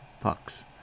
pucks